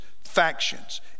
factions